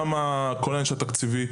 התקציבי.